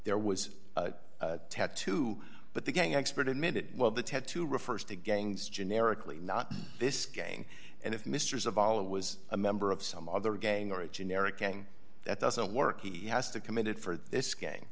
there was a tattoo but the gang expert admitted well the tattoo refers to gangs generically not this gang and if mr saval it was a member of some other gang or a generic gang that doesn't work he has to committed for this game